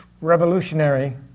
revolutionary